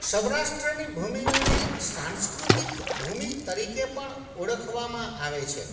સૌરાષ્ટ્રની ભૂમિને સાંસ્કૃતિક ભૂમિ તરીકે પણ ઓળખવામાં આવે છે